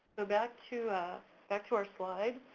so back to back to our slide,